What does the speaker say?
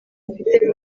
afite